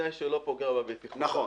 ובתנאי שלא פוגע בעבודתו.